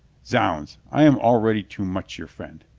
zounds, i am al ready too much your friend.